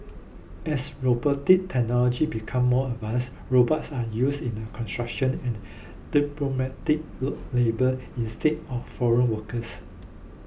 as robotic technology becomes more advanced robots are used in construction and load labour instead of foreign workers